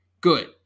Good